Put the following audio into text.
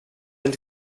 inte